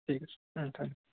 ঠিক আছে থওক